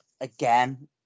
again